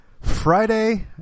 Friday